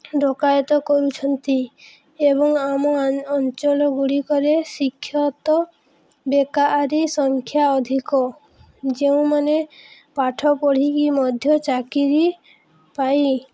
ଡକାୟତ କରୁଛନ୍ତି ଏବଂ ଆମ ଅଞ୍ଚଳଗୁଡ଼ିକରେ ଶିକ୍ଷିତ ବେକାରୀ ସଂଖ୍ୟା ଅଧିକ ଯେଉଁମାନେ ପାଠ ପଢ଼ିକି ମଧ୍ୟ ଚାକିରି ପାଇ